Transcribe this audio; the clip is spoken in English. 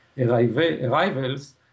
arrivals